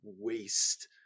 waste